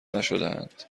نشدهاند